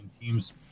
teams